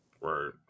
Right